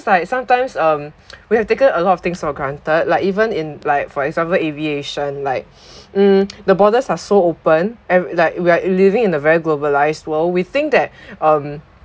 like sometimes um we have taken a lot of things for granted like even in like for example aviation like mm the borders are so open and that we are living in a very globalised world we think that um